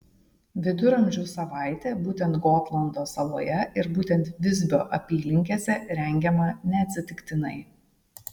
viduramžių savaitė būtent gotlando saloje ir būtent visbio apylinkėse rengiama neatsitiktinai